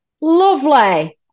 Lovely